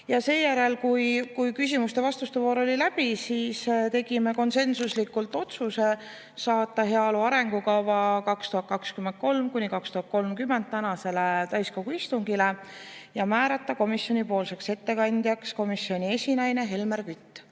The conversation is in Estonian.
Seejärel, kui küsimuste-vastuste voor oli läbi, tegime konsensuslikult otsuse saata "Heaolu arengukava 2023–2030" tänasele täiskogu istungile ja määrata komisjoni ettekandjaks komisjoni esinaine Helmen Kütt.